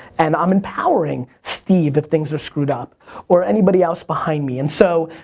and i'm empowering steve if things are screwed up or anybody else behind me, and so